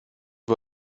wir